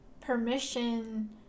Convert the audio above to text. permission